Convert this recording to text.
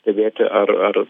stebėti ar ar